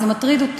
וזה מטריד אותי.